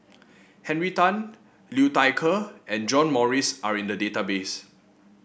Henry Tan Liu Thai Ker and John Morrice are in the database